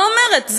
לא אומרת,